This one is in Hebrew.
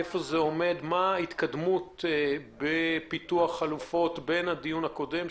איפה זה עומד ומה ההתקדמות בפיתוח החלופות מאז הדיון הקודם.